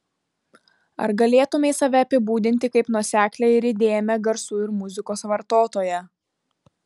ar galėtumei save apibūdinti kaip nuoseklią ir įdėmią garsų ir muzikos vartotoją